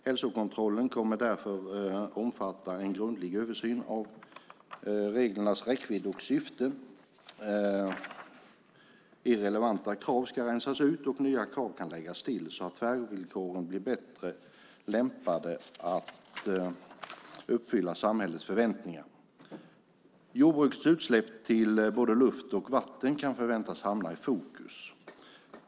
Hälsokontrollen kommer därför att omfatta en grundlig översyn av reglernas räckvidd och syften. Irrelevanta krav ska rensas ut, och nya krav kan läggas till så att tvärvillkoren blir bättre lämpade att uppfylla samhällets förväntningar. Jordbrukets utsläpp till både luft och vatten kan förväntas hamna i fokus.